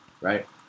right